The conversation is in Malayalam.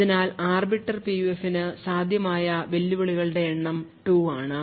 അതിനാൽ ആർബിറ്റർ പിയുഎഫിന് സാധ്യമായ വെല്ലുവിളികളുടെ എണ്ണം 2N ആണ്